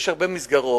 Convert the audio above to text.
יש הרבה מסגרות.